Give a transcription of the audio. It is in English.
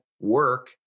Work